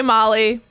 Molly